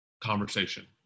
conversation